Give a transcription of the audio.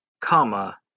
comma